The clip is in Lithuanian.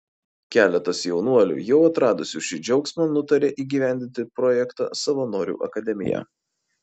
keletas jaunuolių jau atradusių šį džiaugsmą nutarė įgyvendinti projektą savanorių akademija